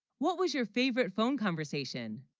what was your favorite phone conversation?